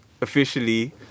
officially